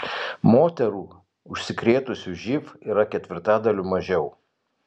moterų užsikrėtusių živ yra ketvirtadaliu mažiau